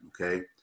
okay